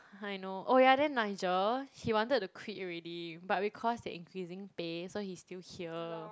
I know oh ya then Nigel he wanted to quit already but because they are increasing pay so he's still here